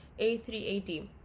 a380